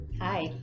Hi